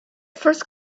first